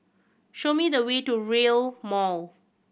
show me the way to Rail Mall